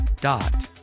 dot